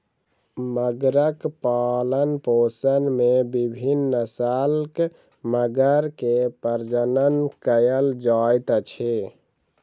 मगरक पालनपोषण में विभिन्न नस्लक मगर के प्रजनन कयल जाइत अछि